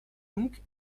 donc